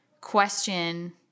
question